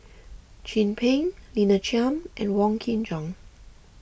Chin Peng Lina Chiam and Wong Kin Jong